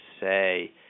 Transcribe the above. say